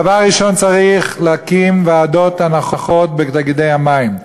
דבר ראשון צריך להקים ועדות הנחות בתאגידי המים.